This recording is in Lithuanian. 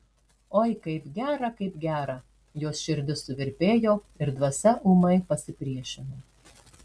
oi kaip gera kaip gera jos širdis suvirpėjo ir dvasia ūmai pasipriešino